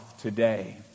today